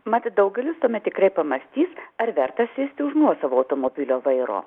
mat daugelis tuomet tikrai pamąstys ar verta sėsti už nuosavo automobilio vairo